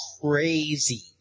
Crazy